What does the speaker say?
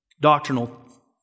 doctrinal